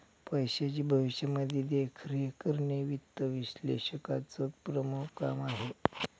पैशाची भविष्यामध्ये देखरेख करणे वित्त विश्लेषकाचं प्रमुख काम आहे